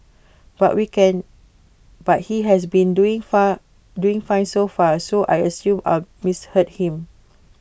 but we can but he has been doing far doing fine so far so I assumed I'd misheard him